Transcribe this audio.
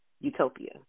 Utopia